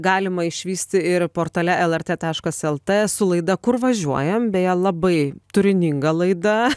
galima išvysti ir portale lrt taškas lt su laida kur važiuojam beje labai turininga laida